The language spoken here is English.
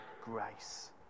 grace